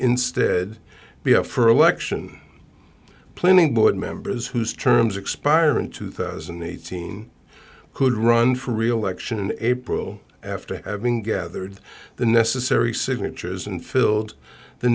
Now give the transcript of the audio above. instead be up for election planning board members whose terms expire in two thousand and eighteen could run for reelection in april after having gathered the necessary signatures and filled the